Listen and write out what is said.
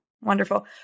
Wonderful